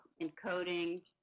Encoding